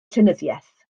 llenyddiaeth